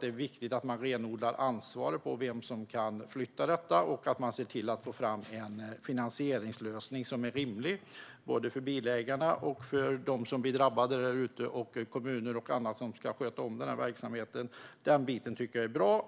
Det är viktigt att man renodlar ansvaret, bestämmer vem som kan flytta bilarna och ser till att få fram en finansieringslösning som är rimlig både för bilägarna och dem som blir drabbade, kommuner och andra som ska sköta om verksamheten. Den biten tycker jag är bra.